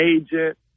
agent